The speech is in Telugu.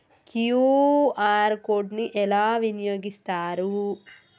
క్యూ.ఆర్ కోడ్ ని ఎలా వినియోగిస్తారు?